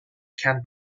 can